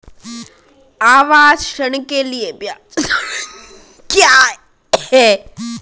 आवास ऋण के लिए ब्याज दर क्या हैं?